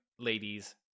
Ladies